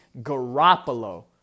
Garoppolo